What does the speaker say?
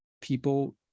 people